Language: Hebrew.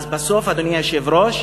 אז בסוף, אדוני היושב-ראש,